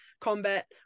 combat